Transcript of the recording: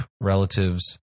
relatives